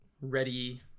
ready